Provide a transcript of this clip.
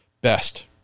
best